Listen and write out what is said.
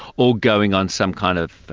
or going on some kind of